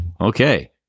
Okay